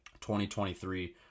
2023